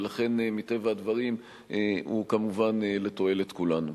ולכן מטבע הדברים הוא כמובן לתועלת כולנו.